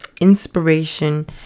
inspiration